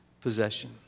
possession